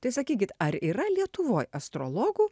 tai sakykit ar yra lietuvoj astrologų